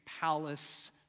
palace